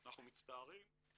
"אנחנו מצטערים,